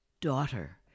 daughter